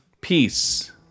peace